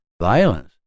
violence